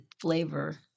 flavor